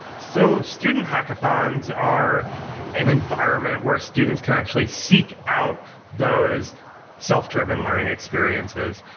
so student hackathons are an environment where students can actually seek out those self-driven learning experiences,